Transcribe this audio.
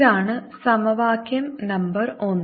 ഇതാണ് സമവാക്യം നമ്പർ 1